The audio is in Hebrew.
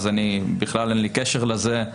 אני בכלל אין לי קשר לזה,